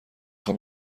خوام